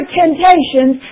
temptations